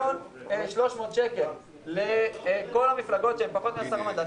1.388 מיליון שקל לכל המפלגות שהן פחות מ-10 מנדטים.